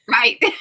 right